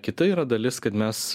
kita yra dalis kad mes